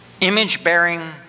image-bearing